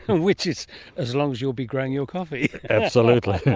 which is as long as you will be growing your coffee. absolutely.